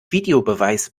videobeweis